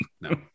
no